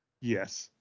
yes